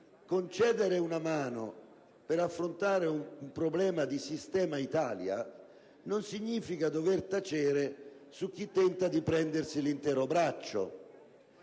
concedere una mano per affrontare un problema di sistema-Italia non significa dover tacere su chi tenta di prendersi l'intero braccio.